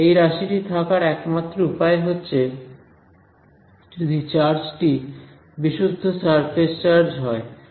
এই রাশিটি থাকার একমাত্র উপায় হচ্ছে যদি চার্জ টি বিশুদ্ধ সারফেস চার্জ হয়